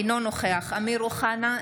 אינו נוכח אמיר אוחנה,